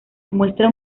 muestra